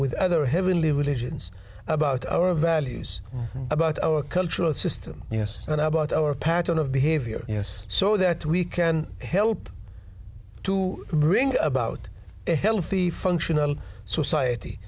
with other heavenly religions about our values about our cultural system us and about our pattern of behavior yes so that we can help to bring about a healthy functional society